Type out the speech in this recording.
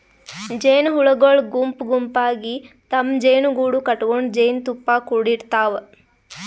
ಜೇನಹುಳಗೊಳ್ ಗುಂಪ್ ಗುಂಪಾಗಿ ತಮ್ಮ್ ಜೇನುಗೂಡು ಕಟಗೊಂಡ್ ಜೇನ್ತುಪ್ಪಾ ಕುಡಿಡ್ತಾವ್